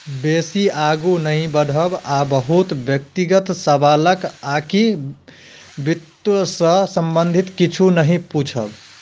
बेसी आगू नहि बढ़ब आ बहुत व्यक्तिगत सवालक आकि वित्त सऽ संबंधित किछु नहि पूछब